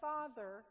Father